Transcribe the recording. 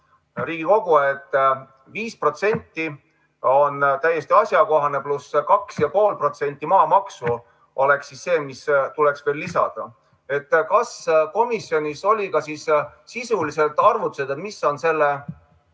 Riigikogu, et 5% on täiesti asjakohane, pluss 2,5% maamaksu oleks see, mis tuleks veel lisada. Kas komisjonis olid ka sisulised arvutused, mis on selle